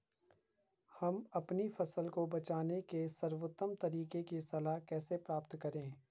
हम अपनी फसल को बचाने के सर्वोत्तम तरीके की सलाह कैसे प्राप्त करें?